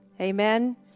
Amen